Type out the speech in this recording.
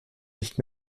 nicht